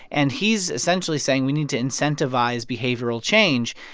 and he's essentially saying, we need to incentivize behavioral change.